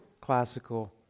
classical